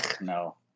no